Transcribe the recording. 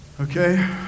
Okay